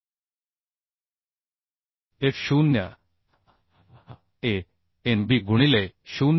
F0 हा Anb गुणिले 0